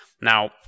Now